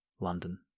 London